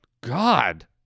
God